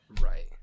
Right